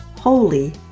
Holy